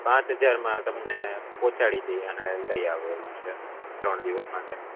પાંચ હજારમાં તમને પહોંચાડી દઈએ અને લઈ આવીએ એવું છે ત્રણ દિવસ માટે